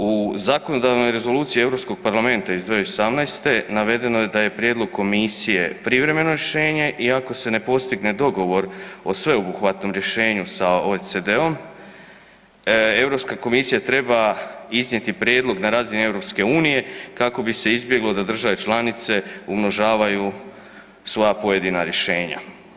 U zakonodavnoj rezoluciji Europskog parlamenta iz 2018.navedeno je da je prijedlog Komisije privremeno rješenje i ako se ne postigne dogovor o sveobuhvatnom rješenju sa OECD-om Europska komisija treba iznijeti prijedlog na razini EU kako bi se izbjeglo da države članice umnožavaju svoja pojedina rješenja.